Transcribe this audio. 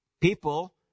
People